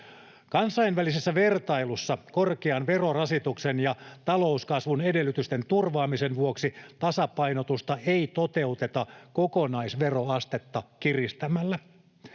Kansainvälisessä vertailussa korkean verorasituksen ja talouskasvun edellytysten turvaamisen vuoksi tasapainotusta ei toteuteta kokonaisveroastetta kiristämällä.